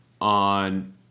on